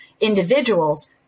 individuals